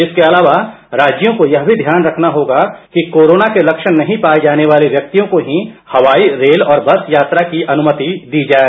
इसके अलावा राज्यों को यह भी ध्यान रखना होगा कि कोरोना के लक्षण नहीं पाए जाने वाले व्यक्तियों को ही हवाई रेल और बस यात्रा की अनुमति दी जाए